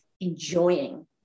enjoying